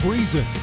Reason